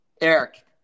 Eric